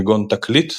כגון תקליט,